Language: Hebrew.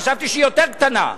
חשבתי שהיא יותר קטנה,